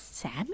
Sammy